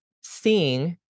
seeing